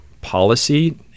policy